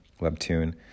Webtoon